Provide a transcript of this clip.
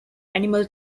animal